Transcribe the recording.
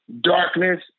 darkness